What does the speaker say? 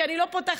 כי אני לא פותחת,